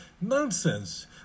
nonsense